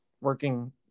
working